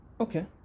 okay